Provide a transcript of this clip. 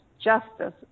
justice